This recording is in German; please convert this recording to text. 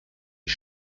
die